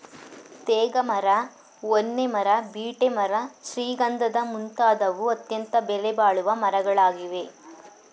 ತೇಗ ಮರ, ಹೊನ್ನೆ ಮರ, ಬೀಟೆ ಮರ ಶ್ರೀಗಂಧದ ಮುಂತಾದವು ಅತ್ಯಂತ ಬೆಲೆಬಾಳುವ ಮರಗಳಾಗಿವೆ